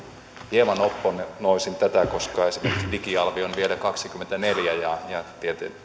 hieman opponoisin tätä koska esimerkiksi digialvi on vielä kaksikymmentäneljä ja ja